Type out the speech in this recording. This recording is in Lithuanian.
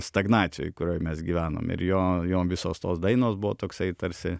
stagnacijoj kurioj mes gyvenom ir jo jo visos tos dainos buvo toksai tarsi